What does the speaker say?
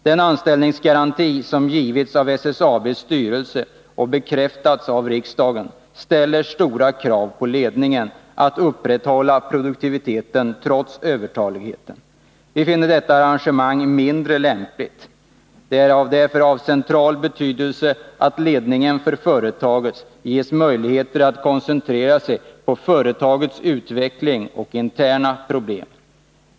Den anställningsgaranti som givits av SSAB:s styrelse och bekräftats av riksdagen ställer stora krav på ledningen att upprätthålla produktiviteten trots övertaligheten. Vi finner detta arrangemang mindre lämpligt. Det är därför av central betydelse att ledningen för företaget ges möjligheter att koncentrera sig på företagets utveckling och interna problem.